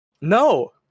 No